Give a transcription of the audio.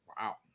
Wow